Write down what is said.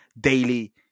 daily